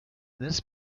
this